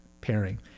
pairing